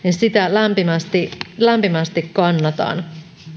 lämpimästi lämpimästi kannatan